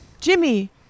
Jimmy